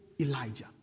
Elijah